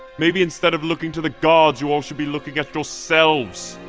maybe instead of looking to the gods, you all should be looking at yourselves.